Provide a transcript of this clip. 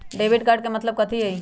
Debit card के मतलब कथी होई?